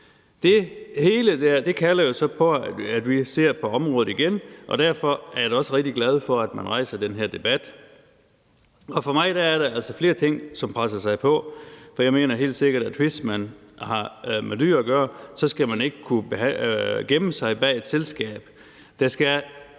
det her kalder jo så på, at vi ser på området igen, og derfor er jeg da også rigtig glad for, at man rejser den her debat. For mig er der altså flere ting, som presser sig på, for jeg mener helt sikkert, at hvis man har med dyr gøre, skal man ikke kunne gemme sig bag et selskab.